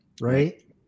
right